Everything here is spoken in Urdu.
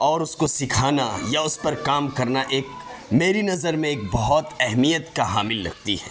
اور اس کو سکھانا یا اس پر کام کرنا ایک میری نظر میں ایک بہت اہمیت کا حامل لگتی ہے